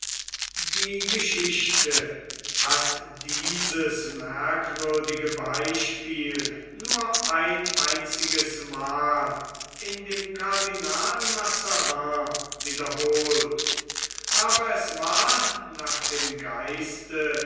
die geschichte hat dieses merkwürdige beispiel nur ein einziges mal in dem cardinal mazarin wiederholt aber es war nach dem geiste